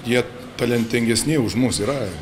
jie talentingesni už mus yra